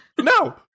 No